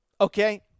Okay